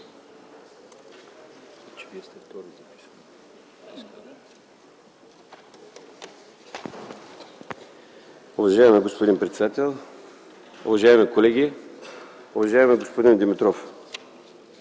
Уважаема госпожо председател, уважаеми колеги, уважаеми господин Димитров!